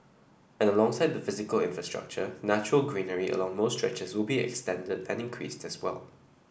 and alongside the physical infrastructure natural greenery along most stretches will be extended and increased as well